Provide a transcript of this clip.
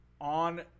on